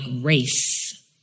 race